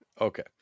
Okay